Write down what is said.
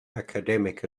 academic